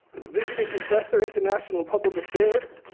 visiting professor, international public affairs,